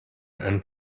and